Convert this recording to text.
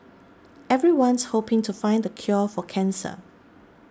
everyone's hoping to find the cure for cancer